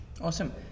Awesome